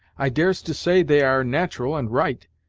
i dares to say, they are nat'ral and right,